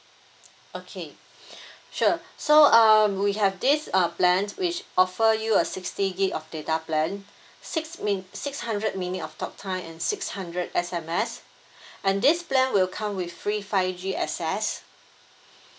okay sure so uh we have this uh plans which offer you a sixty gig of data plan six min~ six hundred minute of talk time and six hundred S_M_S and this plan will come with free five G access